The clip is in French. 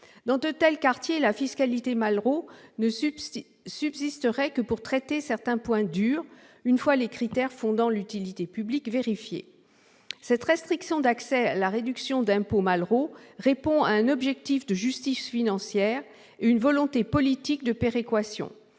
Dans de tels quartiers, la fiscalité Malraux ne subsisterait que pour traiter certains points « durs », une fois les critères fondant l'utilité publique vérifiés. Cette restriction d'accès à la réduction d'impôt « Malraux » répond à un objectif de justice financière et une volonté politique de péréquation